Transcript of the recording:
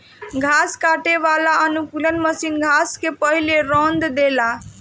घास काटे वाला अनुकूलक मशीन घास के पहिले रौंद देला